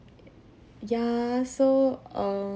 ya so err